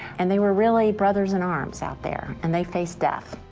and they were really brothers-in-arms out there. and they faced death.